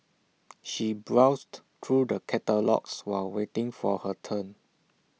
she browsed through the catalogues while waiting for her turn